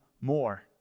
more